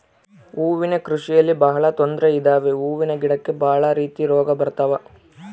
ಹೂವಿನ ಕೃಷಿಯಲ್ಲಿ ಬಹಳ ತೊಂದ್ರೆ ಇದಾವೆ ಹೂವಿನ ಗಿಡಕ್ಕೆ ಭಾಳ ರೀತಿ ರೋಗ ಬರತವ